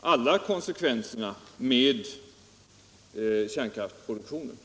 alla konsekvenser som följer med kärnkraftsproduktion.